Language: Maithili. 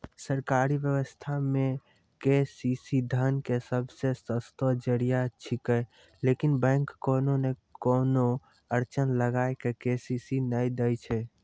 सरकारी व्यवस्था मे के.सी.सी धन के सबसे सस्तो जरिया छिकैय लेकिन बैंक कोनो नैय कोनो अड़चन लगा के के.सी.सी नैय दैय छैय?